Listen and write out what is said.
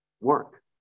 work